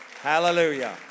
Hallelujah